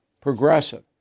progressive